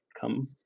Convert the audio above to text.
come